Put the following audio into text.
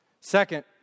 Second